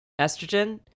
estrogen